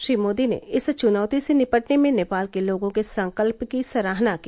श्री मोदी ने इस चुनौती से निपटने में नेपाल के लोगों के संकल्प की सराहना की